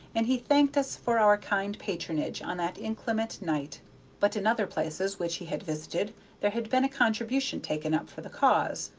and he thanked us for our kind patronage on that inclement night but in other places which he had visited there had been a contribution taken up for the cause.